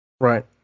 right